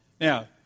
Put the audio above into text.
Now